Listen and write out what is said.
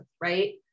right